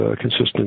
consistent